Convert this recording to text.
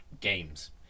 games